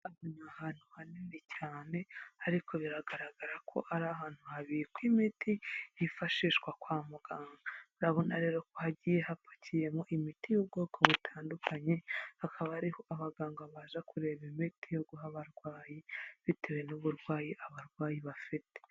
Ni ahantu hanini cyane ariko biragaragara ko ari ahantu habikwa imiti yifashishwa kwa muganga. Murabona rero ko hagiye hapakiyemo imiti y'ubwoko butandukanye, akaba ariho abaganga baza kureba imiti yo guha abarwayi bitewe n'uburwayi abarwayi bafite.